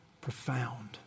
profound